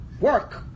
Work